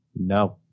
No